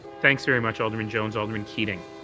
thanks very much, alderman jones. alderman keating?